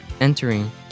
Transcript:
Entering